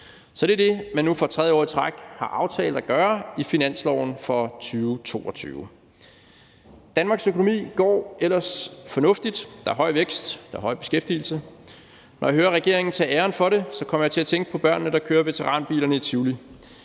så det er det, man nu for tredje år i træk har aftalt at gøre, også i finansloven for 2022. Danmarks økonomi går ellers fornuftigt. Der er høj vækst, og der er høj beskæftigelse, og når jeg hører regeringen tage æren for det, kommer jeg til at tænke på børn, der kører veteranbiler i Tivoli.